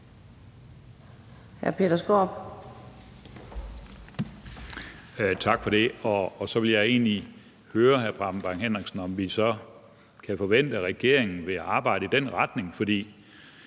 Peter Skaarup (DD): Tak for det. Så ville jeg egentlig høre hr. Preben Bang Henriksen, om vi så kan forvente, at regeringen vil arbejde i den retning. For